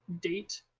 date